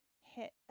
hit